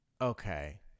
Okay